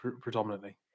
predominantly